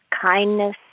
kindness